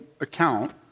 account